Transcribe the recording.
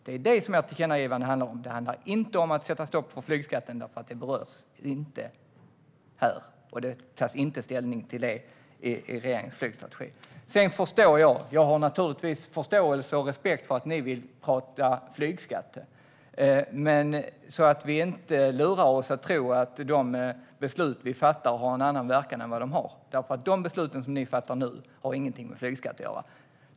Det är det ert tillkännagivande handlar om. Det handlar inte om att sätta stopp för flygskatten, för den berörs inte här. Regeringen tar inte ställning till den i sin flygstrategi. Jag har naturligtvis förståelse och respekt för att ni vill prata flygskatter. Men vi ska inte lura oss att tro att de beslut vi fattar har en annan verkan än de har. De beslut ni fattar nu har ingenting med flygskatt att göra.